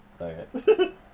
Okay